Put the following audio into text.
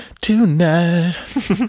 tonight